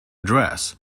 dress